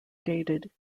dated